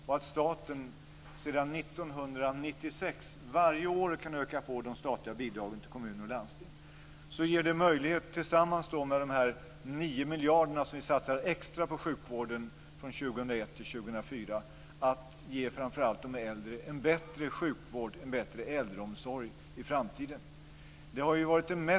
Staten kan sedan 1996 varje år öka på de statliga bidragen till kommuner och landsting. Tillsammans med de 9 miljarder som vi satsar extra på sjukvården från 2001 till 2004 ger det oss möjlighet att ge framför allt de äldre en bättre sjukvård och omsorg i framtiden.